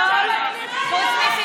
את פופוליסטית.